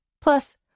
Plus